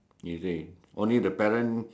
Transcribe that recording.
you see only the parent